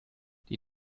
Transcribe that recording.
die